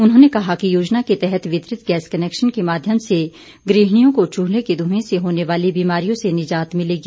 उन्होंने कहा कि योजना के तहत वितरित गैस कनैक्शन के माध्यम से गृहणियों को चूल्हे के धूंए से होने वाली बीमारियों से निजात मिलेगी